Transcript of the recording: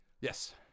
Yes